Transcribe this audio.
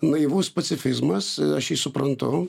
naivus pacifizmas aš jį suprantu